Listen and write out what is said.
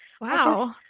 Wow